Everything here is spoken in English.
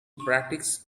practice